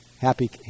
happy